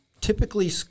typically